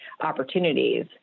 opportunities